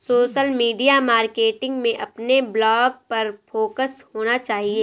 social media marketing में अपने blog पर फोकस होना चाहिए